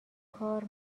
کار